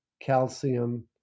calcium